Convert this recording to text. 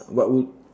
what would